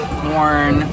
corn